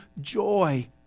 joy